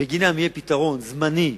ובגינם יהיה פתרון זמני,